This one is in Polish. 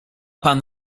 pan